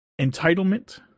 entitlement